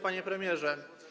Panie Premierze!